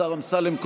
השר אמסלם,